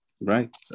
Right